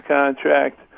contract